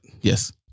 yes